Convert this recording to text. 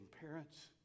parents